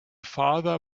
father